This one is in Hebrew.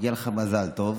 מגיע לך מזל טוב.